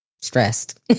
Stressed